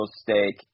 stake